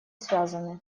связаны